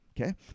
Okay